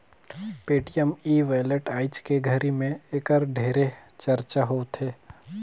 Paytm e wallet आयज के घरी मे ऐखर ढेरे चरचा होवथे